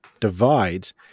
divides